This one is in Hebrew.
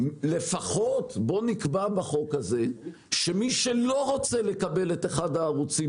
לפחות בוא נקבע בחוק הזה שמי שלא רוצה לקבל את אחד הערוצים